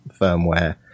firmware